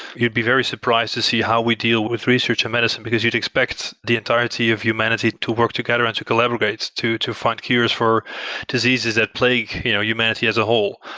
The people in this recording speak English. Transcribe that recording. you'd be very surprised to see how we deal with research and medicine, because you'd expect the entirety of humanity to work together and to collaborate to to find cures for diseases that plague you know humanity as a whole,